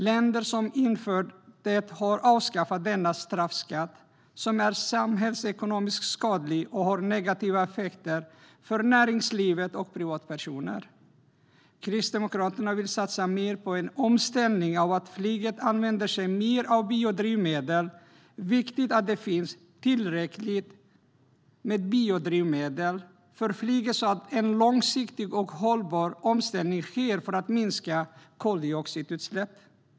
Länder som har infört den har avskaffat denna straffskatt, som är samhällsekonomiskt skadlig och har negativa effekter för näringslivet och privatpersoner. Kristdemokraterna vill satsa mer på en omställning så att flyget använder sig mer av biodrivmedel. Det är viktigt att det finns tillräckligt med biodrivmedel för flyget så att en långsiktig och hållbar omställning sker för att minska koldioxidutsläpp.